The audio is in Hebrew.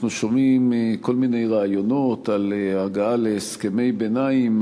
אנחנו שומעים כל מיני רעיונות על הגעה להסכמי ביניים.